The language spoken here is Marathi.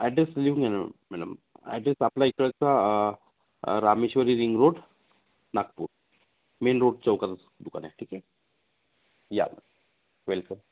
ॲड्रेस लिहून घ्या ना मॅडम ॲड्रेस आपला इकडचा Rameshwari ring road Nagpur main road चौकातच दुकान आहे ठीक आहे या वेलकम